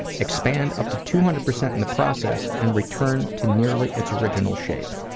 expand up to two hundred percent in the process, and return to nearly its original shape.